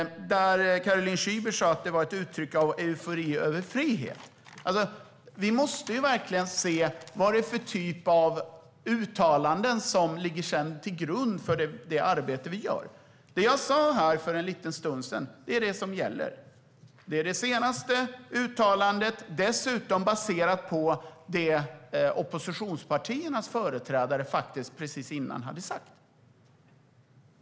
Caroline Szyber sa att det var ett uttryck för eufori över frihet. Vi måste verkligen se vad det är för typ av uttalanden som ligger till grund för det arbete vi gör. Det jag sa här för en liten stund sedan är det som gäller. Det är det senaste uttalandet, dessutom baserat på det oppositionspartiernas företrädare precis innan hade sagt.